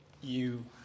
you-